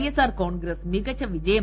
എസ്ഷ്ആർ കോൺഗ്രസ് മികച്ച വിജയം